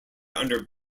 under